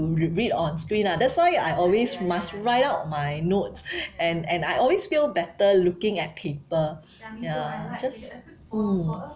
to read on screen lah that's why I always must write out my notes and and I always feel better looking at paper ya I just mm